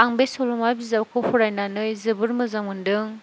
आं बे सल'मा बिजाबखौ फरायननानै जोबोद मोजां मोन्दों